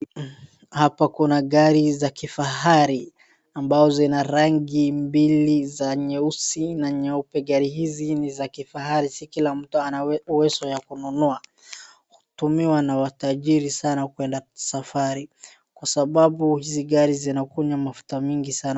hapa kuna gari za kifahari ambao zina rangi mbili za nyeusi na nyeupe gari hizi ni za kifahari si kila mtu ana uwezo wa kuzinunua hutumiwa na matajiri sana kuenda safari kwa sababu hizi gari zinakunywa mafuta mingi sana